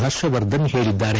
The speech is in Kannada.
ಪರ್ಷವರ್ಧನ್ ಹೇಳಿದ್ದಾರೆ